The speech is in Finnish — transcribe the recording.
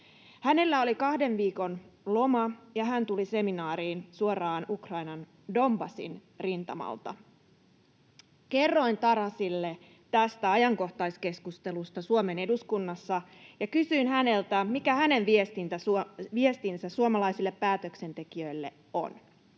Hänellä oli kahden viikon loma, ja hän tuli seminaariin suoraan Ukrainan Donbasin rintamalta. Kerroin Tarasille tästä ajankohtaiskeskustelusta Suomen eduskunnassa, ja kysyin häneltä, mikä hänen viestinsä suomalaisille päätöksentekijöille on.